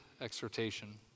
exhortation